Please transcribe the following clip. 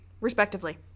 respectively